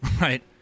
right